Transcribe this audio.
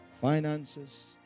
finances